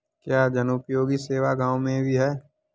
क्या जनोपयोगी सेवा गाँव में भी है?